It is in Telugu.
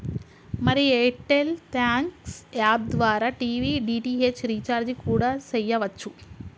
మరి ఎయిర్టెల్ థాంక్స్ యాప్ ద్వారా టీవీ డి.టి.హెచ్ రీఛార్జి కూడా సెయ్యవచ్చు